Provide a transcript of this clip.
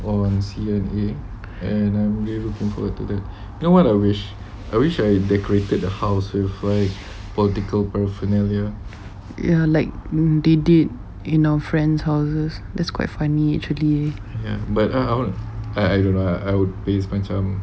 yes like they did in our friends' houses that's quite funny actually